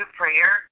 prayer